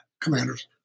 commanders